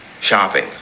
shopping